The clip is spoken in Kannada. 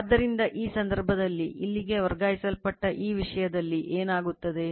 ಆದ್ದರಿಂದ ಆ ಸಂದರ್ಭದಲ್ಲಿ ಇಲ್ಲಿಗೆ ವರ್ಗಾಯಿಸಲ್ಪಟ್ಟ ಈ ವಿಷಯದಲ್ಲಿ ಏನಾಗುತ್ತದೆ